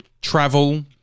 Travel